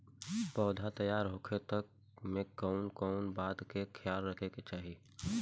पौधा तैयार होखे तक मे कउन कउन बात के ख्याल रखे के चाही?